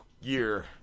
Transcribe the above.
year